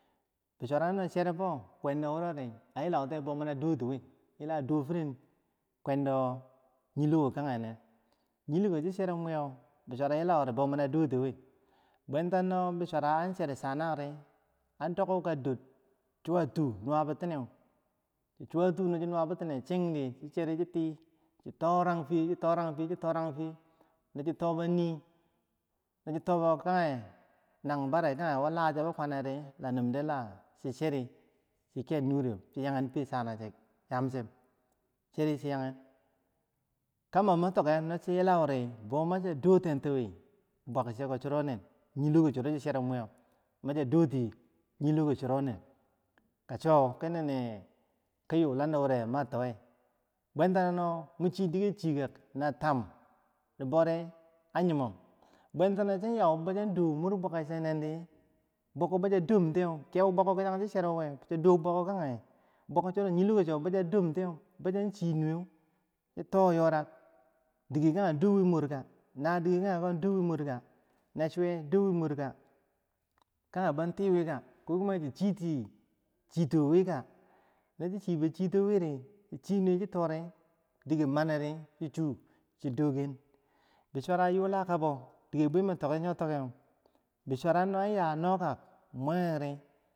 Bisura, no cheerfor kwando wurori a yilau tiye mana doti wi yila a dofiren kwendo yilo ko kage nen yiloko chi serim wiye bisura yilauri mana doti wi, bwenta no bisura an cher chanag ri a doku ka dor suwa tu nuwa bitineu, chi suwa tu chi nuwa bitine ching di chi sheruu chi ti chi toran fiye chi toran fiye, no chi tobo nii chi tobo nang bare kage wo laso bikwaneri na nim de lashi cheri chin ker nure fiye chanag che yamche, chiri chi yaken kambo mitike noshi yilow ri bomasa dotenti wi buwak cheko chiron nen yiloko so chi cherim wiye masa doti wi yiloko chironen kaso ki yulando wo ma towe bwantano bishito chi shiye na tam, di bori yimom bwantano chan yau bo chan do mur buwake chenen di kebo bwakko kichang chi cherim wiye chido bwakko kage yilokosho bo sha domtiye chi to yorak dike kage dor wika nadike kagero do wi mur ka, nasuwe dor wi mur ka kage bo tiwika ko kuma chin chiti chito wika no chi chibo chito wiri chi chi nuwe chi to re, chi doken bisura yula kabo bisura yulakabo dike bwi mi toki yoh takew no bisura an yah noka mwemekri.